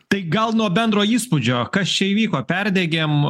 tai gal nuo bendro įspūdžio kas čia įvyko perdegėm